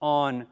on